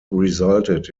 resulted